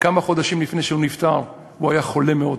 כמה חודשים לפני שהוא נפטר הוא היה כבר חולה מאוד.